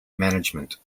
management